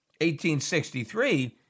1863